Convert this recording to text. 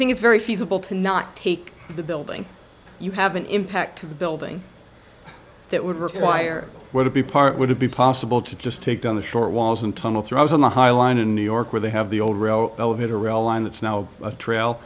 think it's very feasible to not take the building you have an impact to the building that would require would be part would it be possible to just take down the short walls and tunnel through i was on the high line in new york where they have the old rail elevator rail line that's now a trail